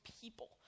people